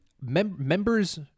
members